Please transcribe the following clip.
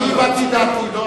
אני הבעתי את דעתי.